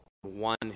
one